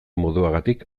moduagatik